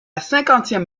cinquantième